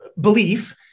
belief